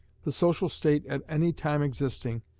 the social state at any time existing,